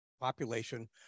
population